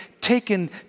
taken